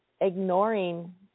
ignoring